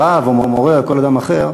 ברב או מורה או כל אדם אחר,